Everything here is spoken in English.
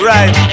Right